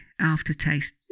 aftertaste